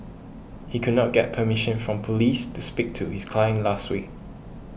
he could not get permission from police to speak to his client last week